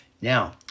Now